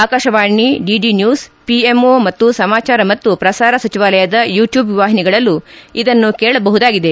Akashvani DD news PMO ಮತ್ತು ಸಮಾಚಾರ ಮತ್ತು ಪ್ರಸಾರ ಸಚಿವಾಲಯದ ಯೂಟ್ಟೂಬ್ ವಾಹಿನಿಗಳಲ್ಲೂ ಇದನ್ನು ಕೇಳಬಹುದಾಗಿದೆ